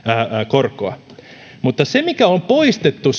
korkoa mutta se mikä on poistettu